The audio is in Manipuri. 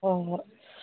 ꯍꯣꯏ ꯍꯣꯏ